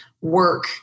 work